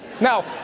Now